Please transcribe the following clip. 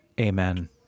Amen